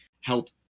help